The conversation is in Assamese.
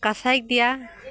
কাছাইক দিয়া